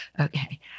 Okay